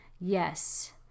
Yes